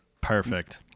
Perfect